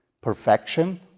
perfection